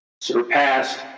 surpassed